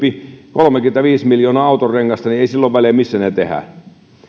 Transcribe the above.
kolmekymmentäviisi miljoonaa autonrengasta niin ei sillä ole väliä missä ne tehdään